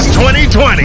2020